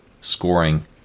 scoring